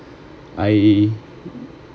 I